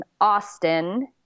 Austin